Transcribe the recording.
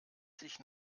sich